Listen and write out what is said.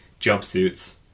jumpsuits